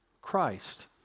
Christ